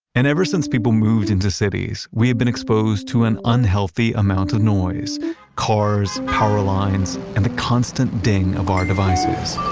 and ever since people moved into cities, we had been exposed to an unhealthy amount of noise cars, power lines, and the constant ding of our devices.